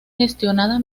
gestionada